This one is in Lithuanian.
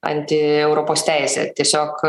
anti europos teisė tiesiog